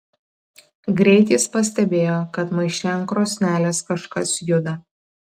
greit jis pastebėjo kad maiše ant krosnelės kažkas juda